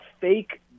fake